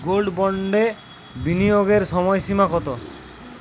Gold বন্ডে বিনিয়োগের সময়সীমা কতো?